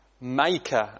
maker